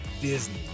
Disney